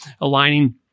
aligning